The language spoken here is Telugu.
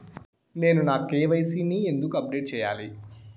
నేను నా కె.వై.సి ని ఎందుకు అప్డేట్ చెయ్యాలి?